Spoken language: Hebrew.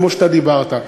כמו שאתה דיברת,